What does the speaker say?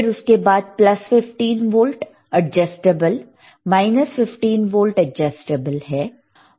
फिर उसके बाद plus 15 volt adjustable minus volt adjustable है